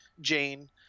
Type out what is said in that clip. Jane